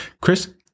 Chris